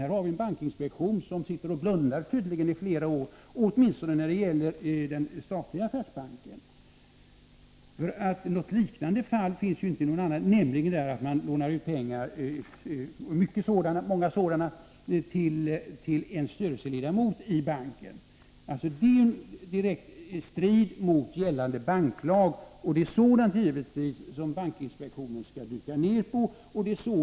Här har bankinspektio nen tydligen suttit och blundat under flera år, åtminstone när det gäller den statliga affärsbanken. Något liknande fall finns ju inte någon annanstans, nämligen att stora summor lånas ut till en styrelseledamot i banken, vilket är i strid mot gällande banklag. Det är givetvis sådant som bankinspektionen skall dyka ned på.